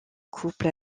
couple